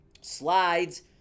slides